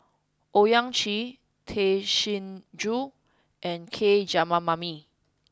Owyang Chi Tay Chin Joo and K Jayamani